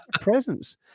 presence